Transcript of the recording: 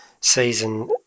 season